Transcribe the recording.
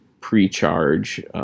pre-charge